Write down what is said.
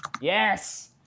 Yes